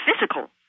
physical